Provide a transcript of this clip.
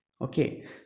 okay